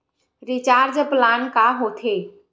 Recharge plan का होथे?